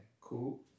Cool